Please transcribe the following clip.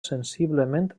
sensiblement